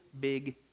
big